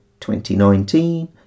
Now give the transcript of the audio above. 2019